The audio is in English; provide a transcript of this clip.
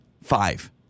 Five